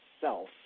self